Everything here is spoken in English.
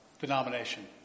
denomination